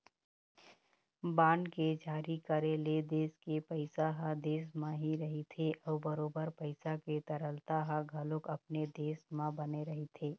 bond के जारी करे ले देश के पइसा ह देश म ही रहिथे अउ बरोबर पइसा के तरलता ह घलोक अपने देश म बने रहिथे